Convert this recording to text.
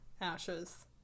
ashes